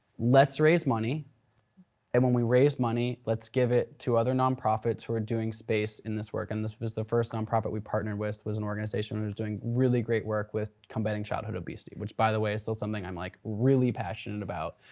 let's raise money and when we raise money, let's give it to other non-profits who are doing space in this work. and this was the first non-profit we partnered with was an organization that was doing really great work with combating childhood obesity, which by the way is still something i'm like really passionate about.